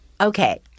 Okay